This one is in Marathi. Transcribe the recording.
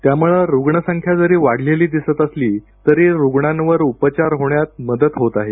यामुळे रूग्णसंख्या जरी वाढलेली दिसत असली तरी रुग्णांवर उपचार होण्यात मदत होत आहे